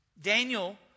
Daniel